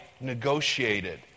negotiated